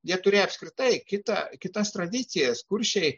jie turėjo apskritai kitą kitas tradicijas kuršiai